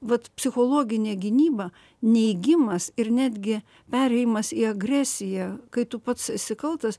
vat psichologinė gynyba neigimas ir netgi perėjimas į agresiją kai tu pats esi kaltas